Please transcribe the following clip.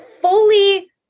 fully